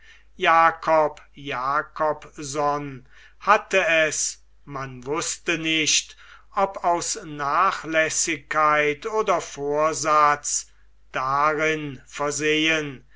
jacob jacobson hatte es man wußte nicht ob aus nachlässigkeit oder vorsatz darin versehen